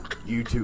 YouTube